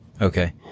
okay